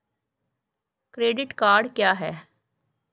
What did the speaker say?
Credit card क्या है?